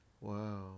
Wow